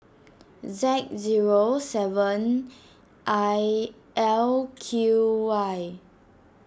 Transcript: Z zero seven I L Q Y